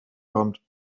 kommt